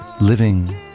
Living